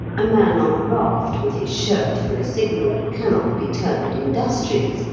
a man on a raft with his shirt for a signal cannot be termed industrious,